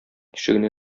ишегенә